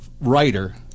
writer